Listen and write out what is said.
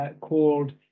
called